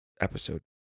episode